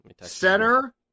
center